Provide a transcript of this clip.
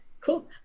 cool